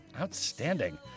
outstanding